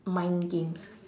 mind games